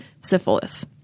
syphilis